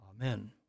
Amen